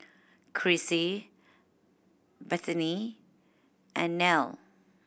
Crissie Bethany and Nelle